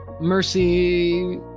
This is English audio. Mercy